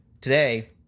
today